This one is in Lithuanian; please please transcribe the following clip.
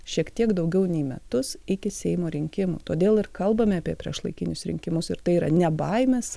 šiek tiek daugiau nei metus iki seimo rinkimų todėl ir kalbame apie priešlaikinius rinkimus ir tai yra ne baimės